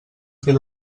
fer